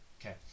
Okay